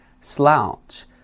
slouch